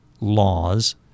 laws